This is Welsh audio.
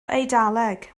eidaleg